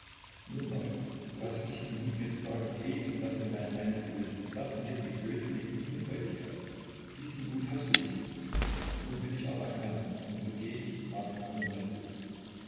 nun marit du hast nicht den mut mir zu sagen geh laß mir mein reines gewissen laß mir die blödsinnige jungfräulichkeit diesen mut hast du nicht nun bin ich aber ein mann und so geh ich mag kommen was will